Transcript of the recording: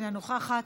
אינה נוכחת,